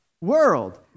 world